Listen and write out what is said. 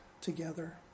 together